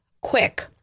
quick